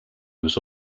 was